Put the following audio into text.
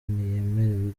ntiyemerewe